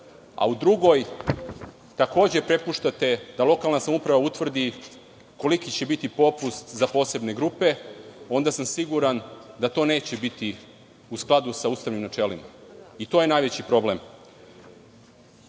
a u drugoj takođe prepuštate da lokalna samouprava utvrdi koliki će biti popust za posebne grupe, onda sam siguran da to neće biti u skladu sa ustavnim načelima. To je najveći problem. Ono